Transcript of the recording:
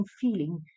feeling